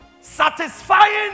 Satisfying